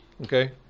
Okay